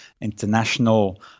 international